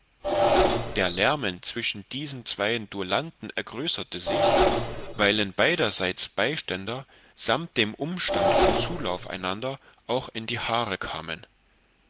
der lärmen zwischen diesen zweien duellanten ergrößerte sich weilen beiderseits beiständer samt dem umstand und zulauf einander auch in die haare kamen